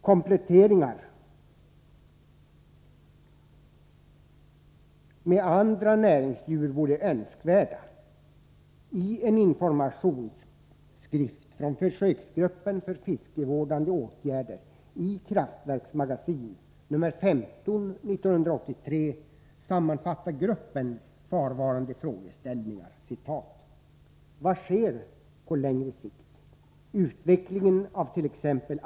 Kompletteringar med andra näringsdjur vore önskvärda. I en informationsskrift från försöksgruppen för fiskevårdande åtgärder i Kraftverksmagasin nr 15 år 1983 sammanfattar gruppen kvarvarande frågeställningar: Vad sker på längre sikt? Utvecklingen avt.ex.